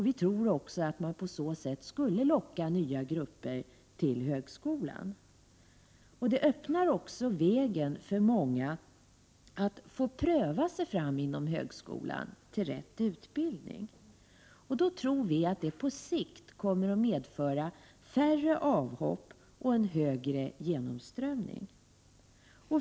Vi tror också att man på det sättet skulle locka nya grupper till högskolan. Det skulle också öppna vägen för många att få pröva sig fram till rätt utbildning inom högskolan. Vi tror att det på sikt kommer att medföra färre avhopp och större genomströmning.